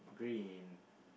green